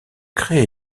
craie